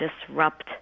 disrupt